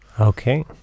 Okay